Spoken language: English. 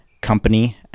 company